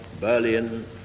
Berlin